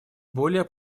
более